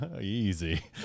Easy